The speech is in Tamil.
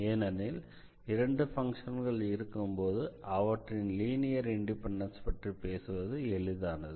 ஏனெனில் இரண்டு பங்க்ஷன்கள் இருக்கும்போது அவற்றின் லீனியர் இண்டிபெண்டன்ஸ் பற்றி பேசுவது எளிதானது